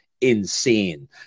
insane